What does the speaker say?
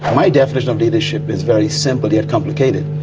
my definition of leadership is very simple, yet complicated.